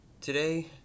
today